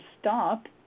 stop